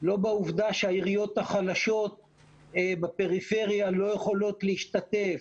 לא בעובדה שהעיריות החלשות בפריפריה לא יכולות להשתתף,